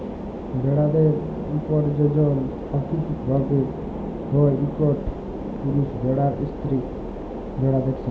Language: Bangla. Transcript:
ভেড়াদের পরজলল পাকিতিক ভাবে হ্যয় ইকট পুরুষ ভেড়ার স্ত্রী ভেড়াদের সাথে